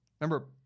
Remember